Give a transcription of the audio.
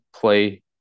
play